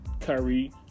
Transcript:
Kyrie